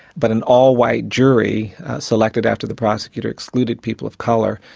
but an all-white jury selected after the prosecutor excluded people of colour.